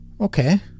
Okay